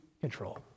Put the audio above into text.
control